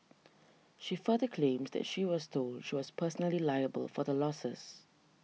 she further claims that she was told she was personally liable for the losses